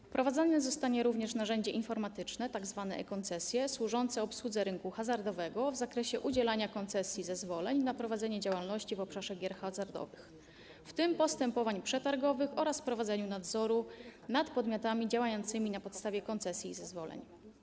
Wprowadzone zostanie również narzędzie informatyczne, e-Koncesje, służące obsłudze rynku hazardowego w zakresie udzielania koncesji i zezwoleń na prowadzenie działalności w obszarze gier hazardowych, w tym postępowań przetargowych, oraz prowadzenia nadzoru nad podmiotami działającymi na podstawie koncesji i zezwoleń.